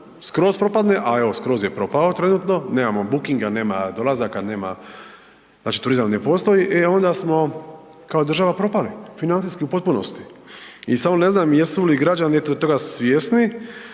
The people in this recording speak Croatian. skroz propadne, a evo, skroz je propao trenutno, nemamo bookinga, nemamo dolazaka, nema, znači turizam ne postoji, e onda smo kao država propali financijski u potpunosti i samo ne znam jesu li građani toga svjesni,